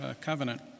Covenant